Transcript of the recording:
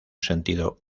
sentido